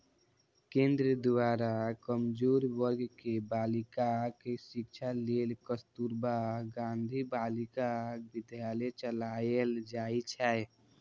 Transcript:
केंद्र द्वारा कमजोर वर्ग के बालिकाक शिक्षा लेल कस्तुरबा गांधी बालिका विद्यालय चलाएल जाइ छै